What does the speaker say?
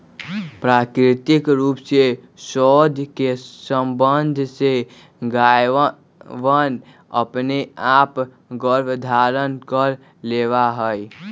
प्राकृतिक रूप से साँड के सबंध से गायवनअपने आप गर्भधारण कर लेवा हई